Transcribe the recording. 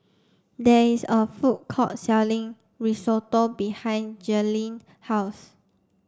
there is a food court selling Risotto behind Jerrilyn's house